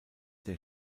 der